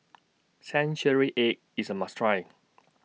Century Egg IS A must Try